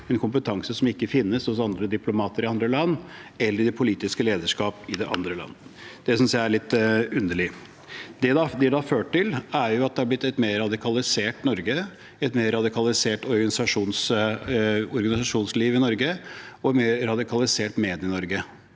en kompetanse som ikke finnes hos andre diplomater i andre land eller i politiske lederskap i andre land. Det synes jeg er litt underlig. Det det har ført til, er at det har blitt et mer radikalisert Norge, et mer radikalisert organisasjonsliv i Norge, og et mer radikalisert Medie-Norge.